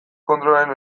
kontrolaren